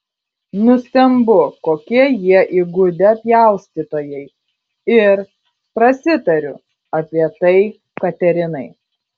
nustembu kokie jie įgudę pjaustytojai ir prasitariu apie tai katerinai